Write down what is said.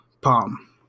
palm